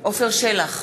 עפר שלח,